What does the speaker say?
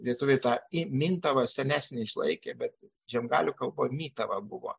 lietuviai tą i mintava senesnį išlaikė bet žiemgalių kalboj mytava buvo